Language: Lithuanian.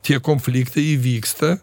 tie konfliktai įvyksta